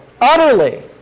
Utterly